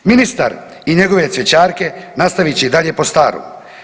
Ministar i njegove cvjećarke nastavit će i dalje po starom.